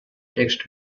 text